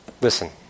Listen